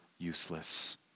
useless